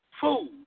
food